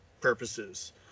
purposes